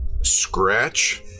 Scratch